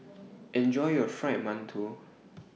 Enjoy your Fried mantou